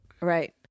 right